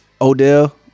Odell